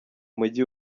mujyi